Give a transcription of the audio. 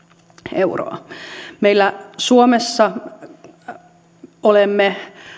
euroa meillä suomessa olemme